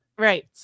Right